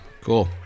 Cool